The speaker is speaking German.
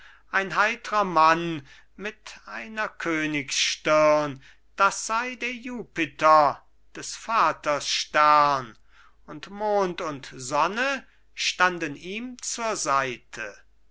ein heitrer mann mit einer königsstirn das sei der jupiter des vaters stern und mond und sonne standen ihm zur seite